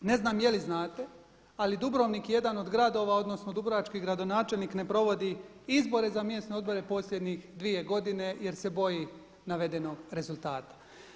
Ne znam je li znate ali Dubrovnik je jedan od dubrovački gradonačelnik ne provodi izbore za mjesne odbore posljednjih dvije godine jer se boji navedenog rezultata.